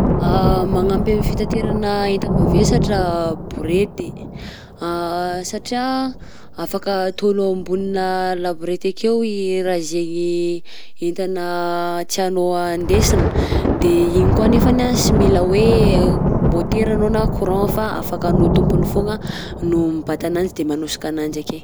Magnampy am'fitaterana enta-mavesatra borety satria afaka ataonao amboninà laborety akeo i raha zaigny entana tianao andesina de iny koa anefany a sy mila hoe môtera anao na courant fa afaka anao tompony foagna no mibata ananjy de manosika ananjy ake.